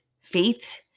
faith